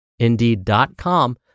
Indeed.com